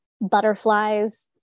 butterflies